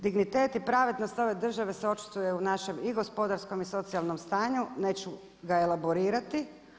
Dignitet i pravednost ove države se očituje u našem i gospodarskom i socijalnom stanju, neću ga elaborirati.